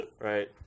Right